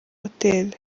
hotel